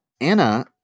Anna